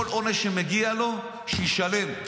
כל עונש שמגיע לו, שישלם,